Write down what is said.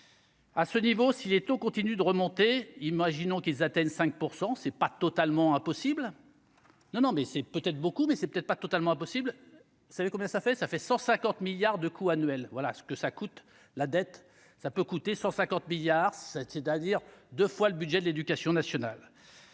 à ce niveau, si les taux continuent de remonter, imaginons qu'ils atteignent 5 % c'est pas totalement impossible, non, non, mais c'est peut-être beaucoup, mais c'est peut-être pas totalement impossible, ça fait combien ça fait, ça fait 150 milliards de coût annuel, voilà ce que ça coûte la dette ça peut coûter 150 milliards, c'est-à-dire 2 fois le budget de l'Éducation nationale.